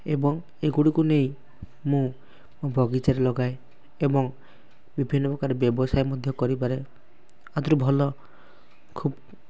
ଏବଂ ଏଗୁଡ଼ିକୁ ନେଇ ମୁଁ ମୋ ବଗିଚାରେ ଲଗାଏ ଏବଂ ବିଭିନ୍ନ ପ୍ରକାର ବ୍ୟବସାୟ ମଧ୍ୟ କରିପାରେ ଆଧିରୁ ଭଲ ଖୁବ୍